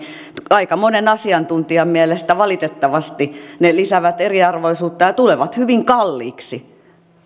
aika monen asiantuntijan mielestä valitettavasti lisäävät eriarvoisuutta ja tulevat hyvin kalliiksi ne